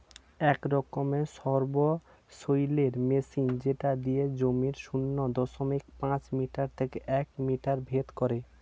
এক রকমের সবসৈলের মেশিন যেটা দিয়ে জমির শূন্য দশমিক পাঁচ মিটার থেকে এক মিটার ভেদ করে